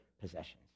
possessions